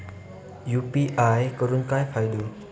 UPI करून काय फायदो?